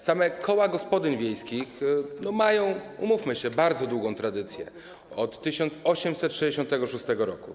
Same koła gospodyń wiejskich mają, umówmy się, bardzo długą tradycję, od 1866 r.